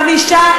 לא שמעתי,